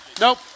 Nope